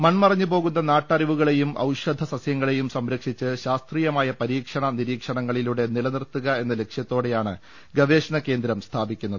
മൺമറഞ്ഞ് പോകുന്ന നാട്ടറിവുകളേയും ഔഷധ സസ്യങ്ങളേയും സംരക്ഷിച്ച് ശാസ്ത്രീയമായ പരീക്ഷണ നിരീക്ഷണങ്ങളിലൂടെ നിലനിർത്തുക എന്ന ലക്ഷ്യത്തോടെയാണ് ഗവേഷണ കേന്ദ്രം സ്ഥാപിക്കുന്നത്